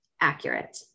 accurate